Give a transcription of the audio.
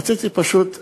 רציתי פשוט להרגיש.